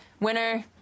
winner